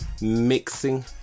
mixing